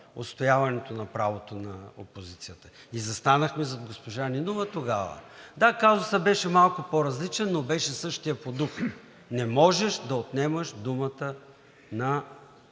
отстояването на правото на опозицията и застанахме зад госпожа Нинова тогава. Да, казусът беше малко по-различен, но беше същият по дух – не можеш да отнемаш думата на…